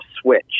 switch